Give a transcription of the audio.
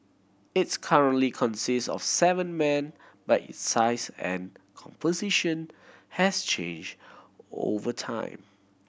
its currently consists of seven men but its size and composition has changed over time